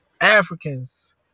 Africans